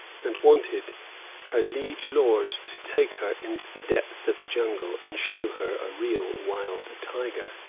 and wanted her liege lord to take her into the depths of the jungle and show her a real wild tiger.